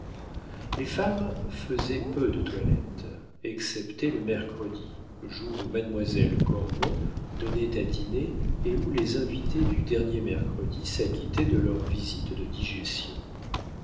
les femmes faisaient peu de toilette excepté le mercredi jour où mademoiselle cormon donnait à dîner et où les invités du dernier mercredi s'acquittaient de leur visite de digestion